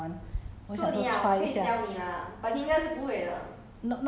if not um is just just a pastime lah 我是看人家在 M_R_T 一直玩